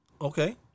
Okay